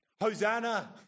Hosanna